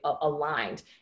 aligned